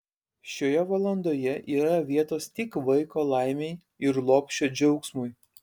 šioje valandoje yra vietos tik vaiko laimei ir lopšio džiaugsmui